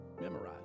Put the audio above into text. Memorize